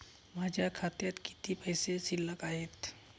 माझ्या खात्यात किती पैसे शिल्लक आहेत?